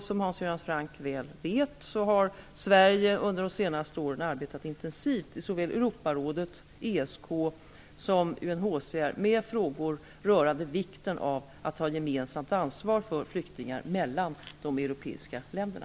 Som Hans Göran Franck väl vet har Sverige under de senaste åren arbetat intensivt i såväl Europarådet, ESK som UNHCR med frågor rörande vikten av att ta gemensamt ansvar för flyktingar mellan de europeiska länderna.